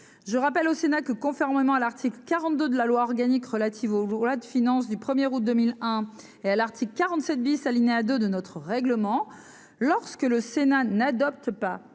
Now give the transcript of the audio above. je rappelle au Sénat que conformément à l'article 42 de la loi organique relative au jour là de finances du premier août 2001 et à l'article 47 bis alinéa 2 de notre règlement lorsque le Sénat n'adopte pas